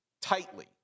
tightly